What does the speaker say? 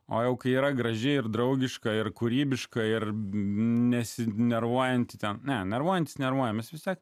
o jau kai yra graži ir draugiška ir kūrybiška ir nesinervuojantis ten ne nervuojantis nervuojamės visai